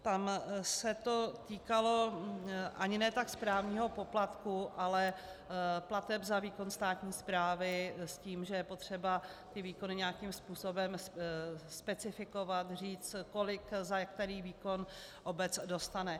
Tam se to týkalo ani ne tak správního poplatku, ale plateb za výkon státní správy s tím, že je potřeba ty výkony nějakým způsobem specifikovat, říct, kolik za který výkon obec dostane.